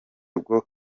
bwo